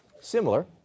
similar